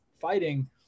fighting